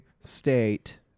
state